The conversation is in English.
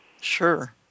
Sure